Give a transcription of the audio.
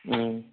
ம்